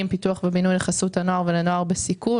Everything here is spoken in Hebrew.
פיתוח ובינוי לחסות הנוער ולנוער בסיכון